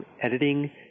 editing